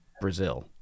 Brazil